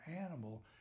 animal